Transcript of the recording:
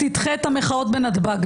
אולי תדחה את המחאות בנתב"ג.